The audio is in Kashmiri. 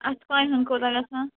اَتھٕ کامہِ ہُنٛد کوٗتاہ گژھان